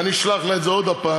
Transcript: ואני אשלח לה את זה עוד פעם,